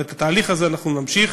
אבל את התהליך הזה אנחנו נמשיך,